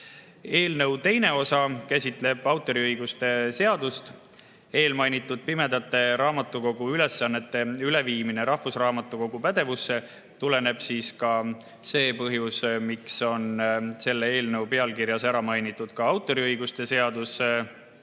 Eelnõu teine osa käsitleb autoriõiguse seadust. Eelmainitud pimedate raamatukogu ülesannete üleviimisest rahvusraamatukogu pädevusse tuleneb see põhjus, miks on selle eelnõu pealkirjas ära mainitud ka autoriõiguse seadus.